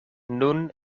nun